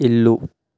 ఇల్లు